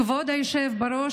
כבוד היושב בראש,